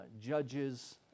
judges